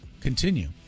Continue